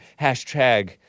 hashtag